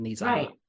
Right